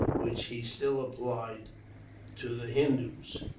which he still applied to the hindoos.